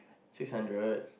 six hundred